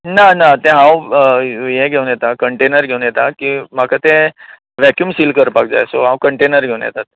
ना ना तें हांव हें घेवन येता कन्टेनर घेवन येता की म्हाका तें वैक्यूम सील करपाक जाय सो हांव कन्टेनर घेवन येता